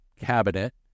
cabinet